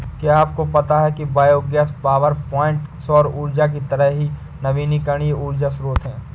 क्या आपको पता है कि बायोगैस पावरप्वाइंट सौर ऊर्जा की तरह ही नवीकरणीय ऊर्जा स्रोत है